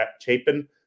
Chapin